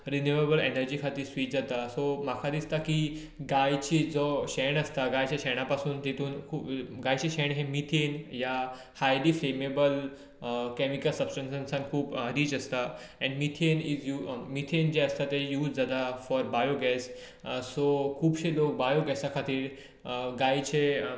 renewable energy खातीर switch जाता so म्हाका दिसता कि गायचे जे शेण आसता गायचे शेणा पासून तातूंत खूब गायचे शेण हे मिथेन हायली फेमेबल कॅमिकल सबस्टेनसेसाक खूब रिच आसता आनी मिथेन जे आसता ते यूज जाता फोर बायोगेस सो खुबशें लोक बायोगेसा खातीर गायचे